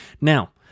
Now